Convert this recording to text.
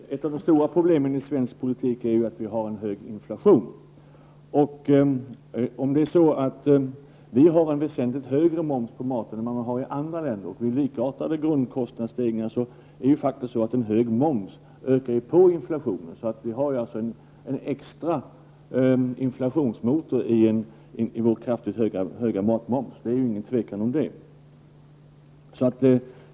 Herr talman! Ett av de stora problemen i svensk politik är ju att vi har en hög inflation. Samtidigt som vi har en väsentligt högre moms på maten än vad man har i andra länder med likartade grundkostnadsstegringar, påskyndas inflationen faktiskt av en hög moms. Vår mycket höga matmoms är utan tvivel en extra inflationsmotor.